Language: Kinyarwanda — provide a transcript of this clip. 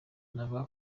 anavuga